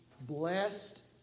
blessed